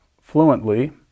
fluently